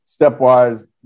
stepwise